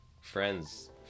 friends